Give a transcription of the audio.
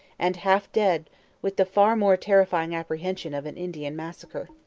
and half dead with the far more terrifying apprehension of an indian massacre.